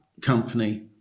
company